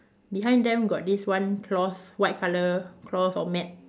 behind them got this one cloth white colour cloth or mat